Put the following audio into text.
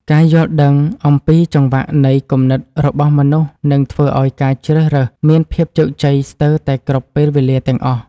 ការយល់ដឹងអំពីចង្វាក់នៃគំនិតរបស់មនុស្សនឹងធ្វើឱ្យការជ្រើសរើសមានភាពជោគជ័យស្ទើរតែគ្រប់ពេលវេលាទាំងអស់។